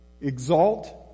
exalt